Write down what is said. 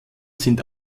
sind